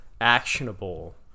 actionable